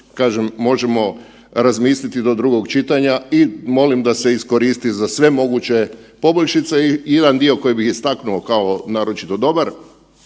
smislu možemo razmisliti do drugog čitanja i molim da se iskoristi za sve moguće poboljšice i jedan dio koji bi istaknuo kao naročito dobar,